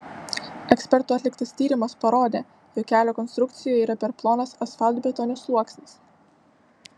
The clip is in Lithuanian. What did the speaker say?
ekspertų atliktas tyrimas parodė jog kelio konstrukcijoje yra per plonas asfaltbetonio sluoksnis